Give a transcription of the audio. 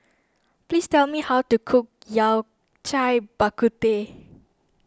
please tell me how to cook Yao Cai Bak Kut Teh